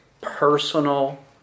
personal